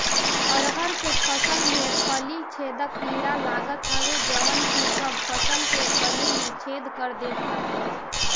अरहर के फसल में फली छेदक कीड़ा लागत हवे जवन की सब फसल के फली में छेद कर देत बाटे